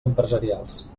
empresarials